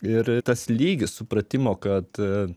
ir tas lygis supratimo kad